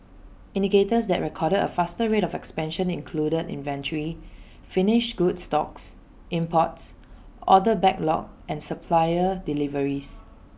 indicators that recorded A faster rate of expansion included inventory finished goods stocks imports order backlog and supplier deliveries